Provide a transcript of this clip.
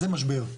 זה משבר.